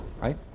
right